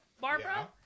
Barbara